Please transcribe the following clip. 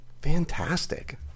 Fantastic